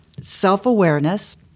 self-awareness